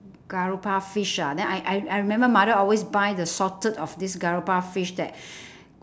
garoupa fish ah then I I I remember mother always buy the salted of this garoupa fish that